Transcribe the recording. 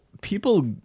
people